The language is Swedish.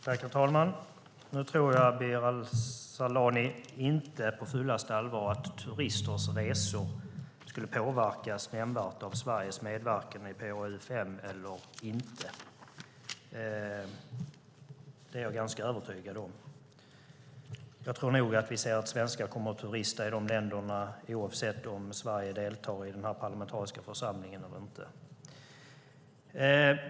Herr talman! Nu tror jag, Abir Al-Sahlani, inte på fullaste allvar att turisters resor skulle påverkas nämnvärt av Sveriges medverkan eller inte i PA-UfM. Det är jag ganska övertygad om. Jag tror nog att svenskar kommer att turista i de länderna oavsett om Sverige deltar i den här parlamentariska församlingen eller inte.